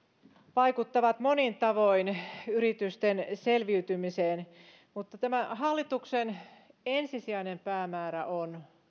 vaikuttavat monin tavoin yritysten selviytymiseen mutta hallituksen ensisijainen päämäärä on